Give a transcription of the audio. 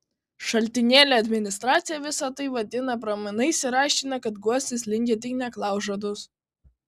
šaltinėlio administracija visa tai vadina pramanais ir aiškina kad guostis linkę tik neklaužados